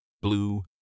Blue